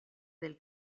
del